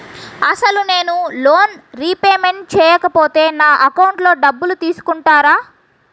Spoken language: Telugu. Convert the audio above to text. అసలు నేనూ లోన్ రిపేమెంట్ చేయకపోతే నా అకౌంట్లో డబ్బులు తీసుకుంటారా?